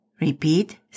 Repeat